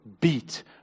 beat